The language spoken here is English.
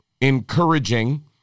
encouraging